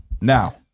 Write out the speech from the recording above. Now